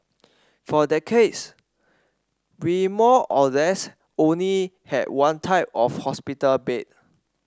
for decades we more or less only had one type of hospital bed